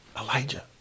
Elijah